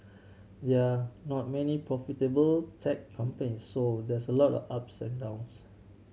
there are not many profitable tech company so there's a lot upside downs